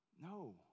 No